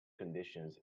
conditions